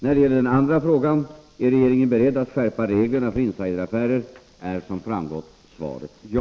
När det gäller den andra frågan — om regeringen är beredd att skärpa reglerna för insideraffärer — är som framgått svaret ja.